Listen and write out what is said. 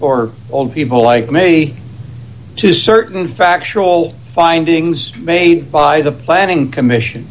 or people like me to certain factual findings made by the planning commission